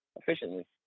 efficiently